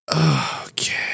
Okay